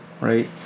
right